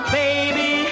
baby